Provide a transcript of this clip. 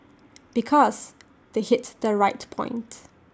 because they hit the right point